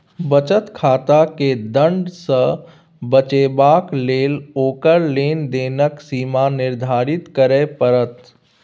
बचत खाताकेँ दण्ड सँ बचेबाक लेल ओकर लेन देनक सीमा निर्धारित करय पड़त